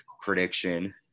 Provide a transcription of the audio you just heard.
prediction